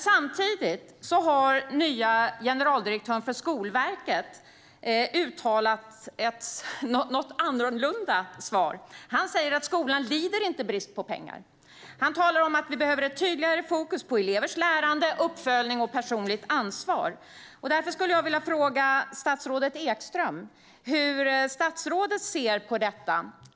Samtidigt har den nye generaldirektören för Skolverket uttalat ett något annorlunda svar. Han säger att skolan inte lider brist på pengar. Han talar om att vi behöver tydligare fokus på elevers lärande, uppföljning och personligt ansvar. Därför skulle jag vilja fråga statsrådet Ekström hur hon ser på detta.